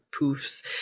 poofs